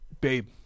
babe